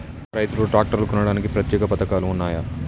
రైతులు ట్రాక్టర్లు కొనడానికి ప్రత్యేక పథకాలు ఉన్నయా?